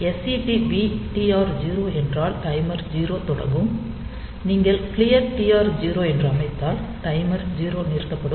SETB TR0 என்றால் timer 0 தொடங்கும் நீங்கள் க்ளியர் TR0 என்று அமைத்தால் டைமர் 0 நிறுத்தப்படும்